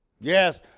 Yes